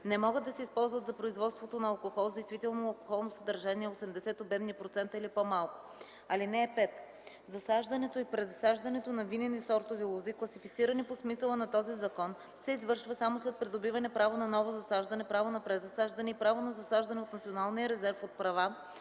не могат да се използват за производството на алкохол с действително алкохолно съдържание 80 обемни процента или по-малко. (5) Засаждането и присаждането на винени сортове лози, класифицирани по смисъла на този закон, се извършва само след придобиване право на ново засаждане, право на презасаждане и право на засаждане от Националния резерв от права